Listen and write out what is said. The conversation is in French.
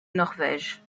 norvège